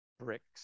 bricks